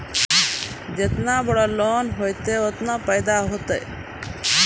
जेतना बड़ो लोन होतए ओतना फैदा होतए